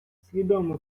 свідомо